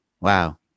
wow